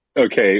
Okay